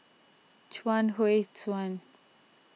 Chuang Hui Tsuan